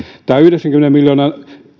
tämä yhdeksänkymmenen miljoonan